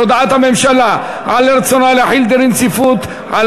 הודעת הממשלה על רצונה להחיל דין רציפות על